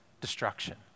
destruction